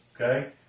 Okay